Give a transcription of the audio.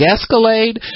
Escalade